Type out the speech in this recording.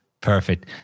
perfect